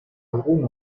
algún